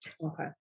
Okay